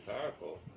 powerful